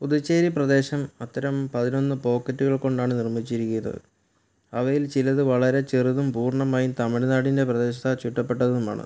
പുതുച്ചേരി പ്രദേശം അത്തരം പതിനൊന്ന് പോക്കറ്റുകൾ കൊണ്ടാണ് നിർമ്മിച്ചിരിക്കുന്നത് അവയിൽ ചിലത് വളരെ ചെറുതും പൂർണ്ണമായും തമിഴ്നാടിൻ്റെ പ്രദേശത്താൽ ചുറ്റപ്പെട്ടതുമാണ്